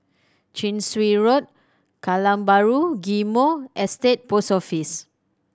Chin Swee Road Kallang Bahru Ghim Moh Estate Post Office